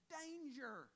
danger